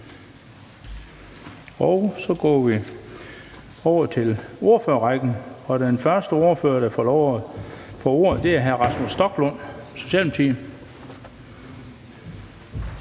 Og så går vi over til ordførerrækken, og den første ordfører, der får lov til at tage ordet, er hr. Rasmus Stoklund, Socialdemokratiet.